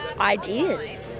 ideas